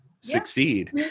succeed